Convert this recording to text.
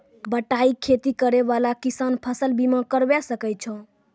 बटाई खेती करै वाला किसान फ़सल बीमा करबै सकै छौ?